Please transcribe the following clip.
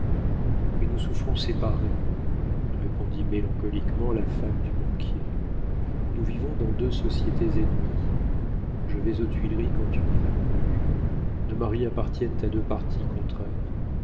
mais nous souffrons séparées répondit mélancoliquement la femme du banquier nous vivons dans deux sociétés ennemies je vais aux tuileries quand tu n'y vas plus nos maris appartiennent à deux partis contraires